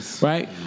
Right